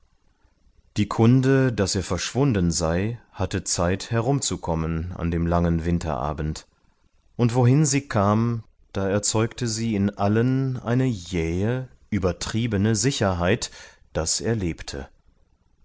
die kunde daß er verschwunden sei hatte zeit herumzukommen an dem langen winterabend und wohin sie kam da erzeugte sie in allen eine jähe übertriebene sicherheit daß er lebte